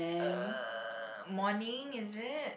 uh morning is it